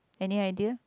any idea